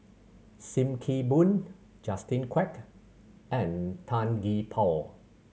Sim Kee Boon Justin Quek and Tan Gee Paw